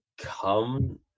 come